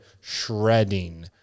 shredding